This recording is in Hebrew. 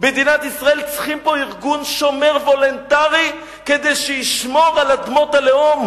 מדינת ישראל צריכה פה ארגון שומר וולונטרי כדי שישמור על אדמות הלאום,